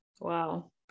wow